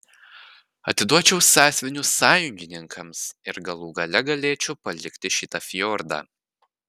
atiduočiau sąsiuvinius sąjungininkams ir galų gale galėčiau palikti šitą fjordą